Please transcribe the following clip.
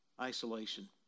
isolation